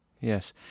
Yes